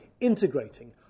Integrating